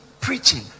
preaching